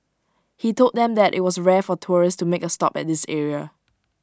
he told them that IT was rare for tourists to make A stop at this area